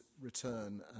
return